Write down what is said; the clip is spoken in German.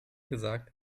gesagt